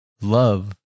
love